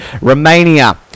Romania